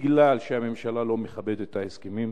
בגלל שהממשלה לא מכבדת את ההסכמים?